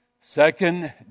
Second